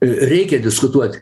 reikia diskutuot